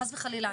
חלילה.